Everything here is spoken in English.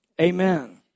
Amen